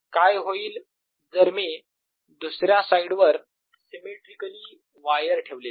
काय होईल जर मी दुसऱ्या साईड वर सिमेट्रीकली वायर ठेवले तर